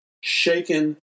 shaken